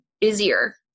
busier